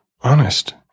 honest